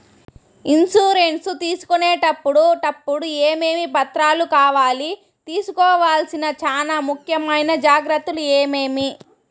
Insurance తీసుకునేటప్పుడు టప్పుడు ఏమేమి పత్రాలు కావాలి? తీసుకోవాల్సిన చానా ముఖ్యమైన జాగ్రత్తలు ఏమేమి?